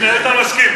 הנה, איתן מסכים.